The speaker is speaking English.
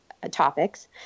topics